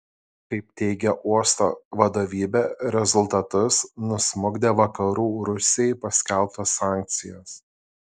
kaip teigia uosto vadovybė rezultatus nusmukdė vakarų rusijai paskelbtos sankcijos